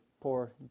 poor